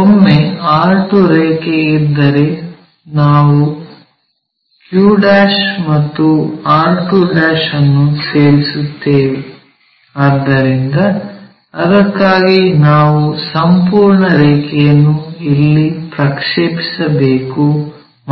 ಒಮ್ಮೆ r2 ರೇಖೆ ಇದ್ದರೆ ನಾವು q ಮತ್ತು r2 ಅನ್ನು ಸೇರಿಸುತ್ತೇವೆ ಆದ್ದರಿಂದ ಅದಕ್ಕಾಗಿ ನಾವು ಈ ಸಂಪೂರ್ಣ ರೇಖೆಯನ್ನು ಇಲ್ಲಿ ಪ್ರಕ್ಷೇಪಿಸಬೇಕು